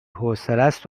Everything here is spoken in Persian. حوصلست